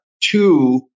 two